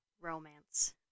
romance